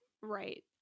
Right